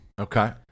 Okay